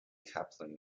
kaplan